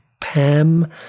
pam